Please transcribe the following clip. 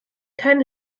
keinen